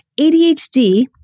ADHD